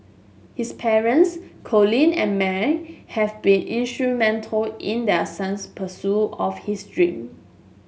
his parents Colin and May have been instrumental in their son's pursuit of his dream